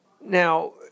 Now